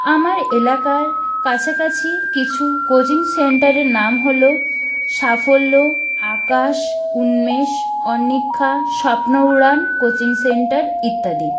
আমার এলাকার কাছাকাছি কিছু কোচিং সেন্টারের নাম হল সাফল্য আকাশ উন্মেষ অন্নিক্ষা স্বপ্নউড়ান কোচিং সেন্টার ইত্যাদি